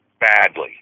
badly